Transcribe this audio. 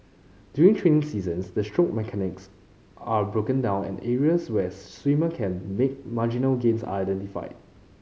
during training seasons the stroke mechanics are broken down and areas where swimmer can make marginal gains are identified